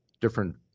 different